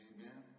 Amen